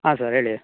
ಹಾಂ ಸರ್ ಹೇಳಿ